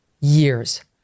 years